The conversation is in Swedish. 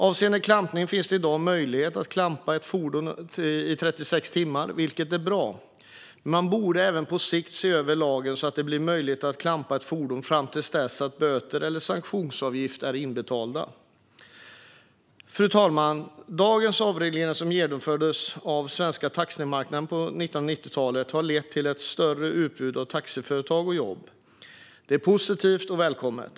Avseende klampning finns det i dag möjligheter att klampa ett fordon under 36 timmar, vilket är bra, men man borde även på sikt se över lagen, så att det blir möjligt att klampa ett fordon fram till dess att böter eller sanktionsavgifter är inbetalda. Fru talman! Avregleringen av den svenska taximarknaden på 1990-talet har lett till ett större utbud av taxiföretag och jobb. Detta är positivt och välkommet.